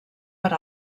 per